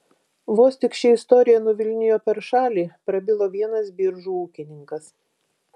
vos tik ši istorija nuvilnijo per šalį prabilo vienas biržų ūkininkas